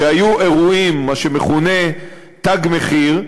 כשהיו אירועים של מה שמכונה "תג מחיר",